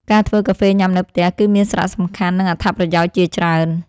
ការធ្វើកាហ្វេញ៉ាំនៅផ្ទះ គឺមានសារៈសំខាន់ និងអត្ថប្រយោជន៍ជាច្រើន។